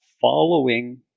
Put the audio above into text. following